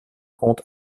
compte